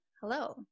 Hello